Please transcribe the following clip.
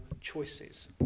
choices